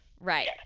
right